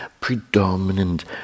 predominant